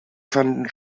fanden